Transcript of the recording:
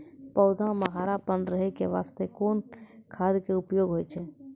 पौधा म हरापन रहै के बास्ते कोन खाद के उपयोग होय छै?